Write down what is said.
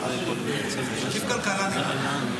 עדיף לכלכלה, נראה לי.